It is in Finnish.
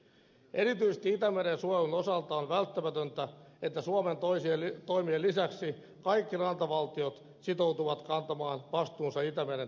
erityisesti itämeren suojelun osalta on välttämätöntä että suomen toimien lisäksi kaikki rantavaltiot sitoutuvat kantamaan vastuunsa itämeren tilasta